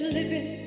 Living